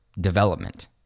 development